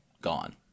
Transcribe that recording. gone